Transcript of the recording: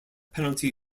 penalty